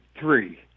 three